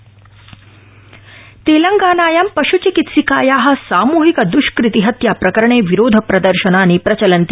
तेलंगाना तेलंगानायां पश् चिकित्सिकाया सामूहिक दृष्कृति हत्याप्रकरणे विरोधप्रदर्शनानि प्रचलंति